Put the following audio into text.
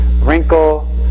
wrinkle